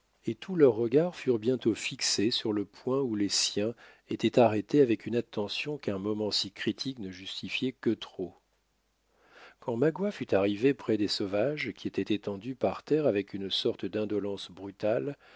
et tous leurs regards furent bientôt fixés sur le point où les siens étaient arrêtés avec une attention qu'un moment si critique ne justifiait que trop quand magua fut arrivé près des sauvages qui étaient étendus par terre avec une sorte d'indolence brutale